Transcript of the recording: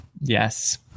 Yes